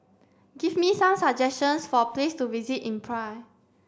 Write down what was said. give me some suggestions for place to visit in Praia